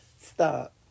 Stop